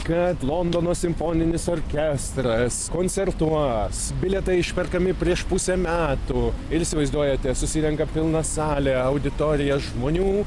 kad londono simfoninis orkestras koncertuos bilietai išperkami prieš pusę metų ir įsivaizduojate susirenka pilna salė auditorija žmonių